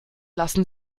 lassen